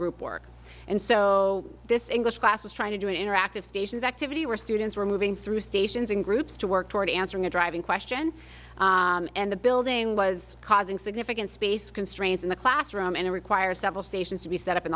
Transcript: group work and so this english class was trying to do interactive stations activity where students were moving through stations in groups to work toward answering a driving question and the building was causing significant space constraints in the classroom and require several stations to be set up in